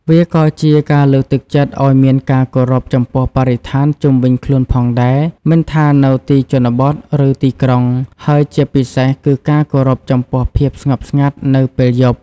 វាក៏ជាការលើកទឹកចិត្តឲ្យមានការគោរពចំពោះបរិស្ថានជុំវិញខ្លួនផងដែរ មិនថានៅទីជនបទ ឬទីក្រុង ហើយជាពិសេសគឺការគោរពចំពោះភាពស្ងប់ស្ងាត់នៅពេលយប់។